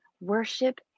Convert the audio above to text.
worship